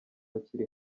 ziri